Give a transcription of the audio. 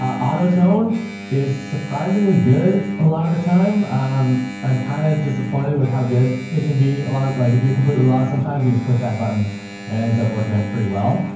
auto tone is surprisingly good a lot of the time. um, i'm kinda disappointed with how good it can be. a lot. like if you're completely lost, sometimes you just click that button and it ends up working out pretty well.